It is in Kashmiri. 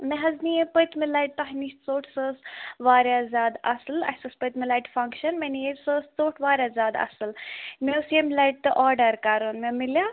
مےٚ حظ نِیے پٔتمہِ لَٹہِ تۄہہِ نِش ژوٚٹ سۄ ٲس واریاہ زیادٕ اَصٕل اَسہِ اوس پٔتمہِ لَٹہِ فَنٛکشَن مےٚ نِیے سۄ ٲس ژوٚٹ واریاہ زیادٕ اَصٕل مےٚ اوس ییٚمہِ لَٹہِ تہٕ آرڈَر کَرُن مےٚ مِلیٛاہ